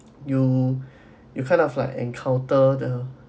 you you kind of like encounter the